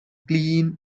clean